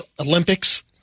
Olympics